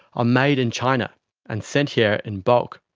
are made in china and sent here in bulk.